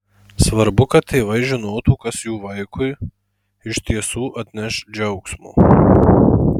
svarbu kad tėvai žinotų kas jų vaikui iš tiesų atneš džiaugsmo